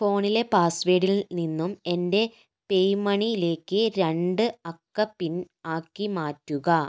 ഫോണിലെ പാസ്വേഡിൽ നിന്നും എൻ്റെ പേയ്മണിയിലേക്ക് രണ്ട് അക്ക പിൻ ആക്കി മാറ്റുക